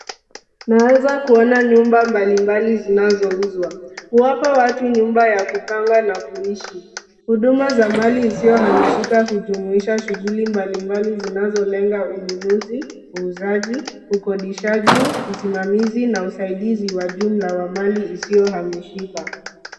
Naweza kuona nyumba mbalimbali zinazouzwa. Huwapa watu nyumba ya kupanga na kuishi. Huduma za mali isiyohamishika hujumuisha shughuli mbalimbali zinazolenga ununuzi, uuzaji, ukodishaji, usimamizi na usaidizi wa jumla wa mali isiyohamishika.